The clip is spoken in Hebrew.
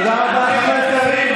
תודה רבה, חבר הכנסת קריב.